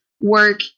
work